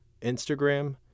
Instagram